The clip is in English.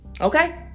Okay